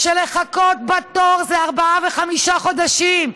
שלחכות בתור זה ארבעה וחמישה חודשים,